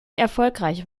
erfolgreich